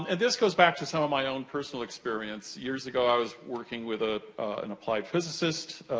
and this goes back to some of my own personal experience. years ago, i was working with ah an applied physicist,